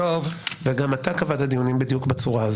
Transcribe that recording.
וגם אתה קבעת דיונים בדיוק בצורה הזאת.